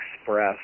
Express